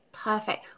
Perfect